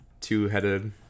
two-headed